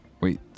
Wait